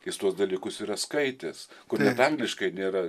jis tuos dalykus yra skaitęs kur net angliškai nėra